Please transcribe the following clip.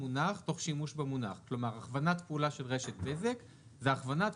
אתם תראו שרשת בזק זאת מעין הגדרה